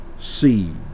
seed